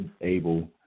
able